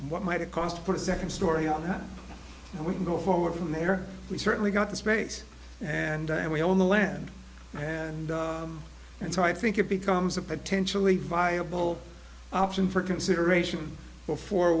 what might it cost for a second story on how we can go forward from there we certainly got the space and and we own the land and and so i think it becomes a potentially viable option for consideration before